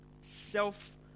self-